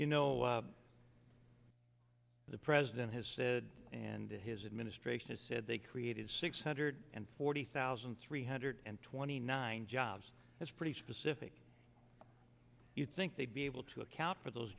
you know the president has said and his administration has said they created six hundred and forty thousand three hundred and twenty nine jobs that's pretty specific you'd think they'd be able to account for those